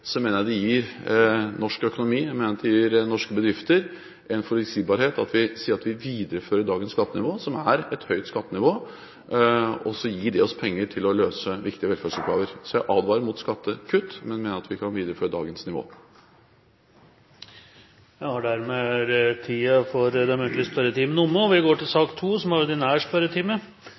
at vi sier at vi viderefører dagens skattenivå, som er et høyt skattenivå, og som gir oss penger til å løse viktige velferdsoppgaver. Jeg advarer derfor mot skattekutt, men mener at vi kan videreføre dagens nivå. Dermed er den muntlige spørretimen over. Det blir noen endringer i den oppsatte spørsmålslisten, og presidenten viser i den sammenheng til den oversikt som er